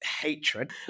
hatred